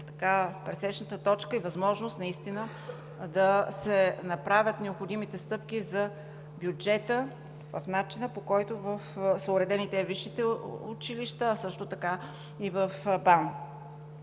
пресечената точка и възможност наистина да се направят необходимите стъпки за бюджета в начина, по който са уредени те във висшите училища, а също така и в